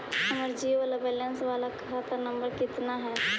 हमर zero balance बाला खाता नम्बर कितना है?